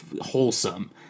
wholesome